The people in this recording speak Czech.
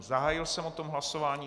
Zahájil jsem o tom hlasování.